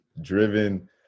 driven